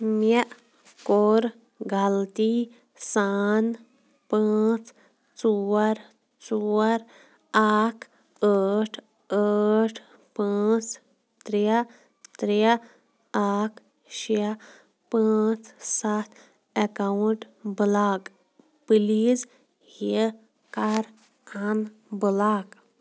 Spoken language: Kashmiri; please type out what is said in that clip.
مےٚ کوٚر غلطی سان پانٛژھ ژور ژور اَکھ ٲٹھ ٲٹھ پانٛژھ ترٛےٚ ترٛےٚ اَکھ شےٚ پانٛژھ سَتھ اٮ۪کاوُنٛٹ بٕلاک پٕلیٖز یہِ کَر اَنبٕلاک